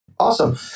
Awesome